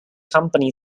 company